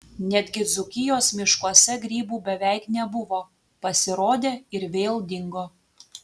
netgi dzūkijos miškuose grybų beveik nebuvo pasirodė ir vėl dingo